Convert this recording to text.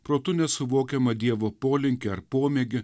protu nesuvokiamą dievo polinkį ar pomėgį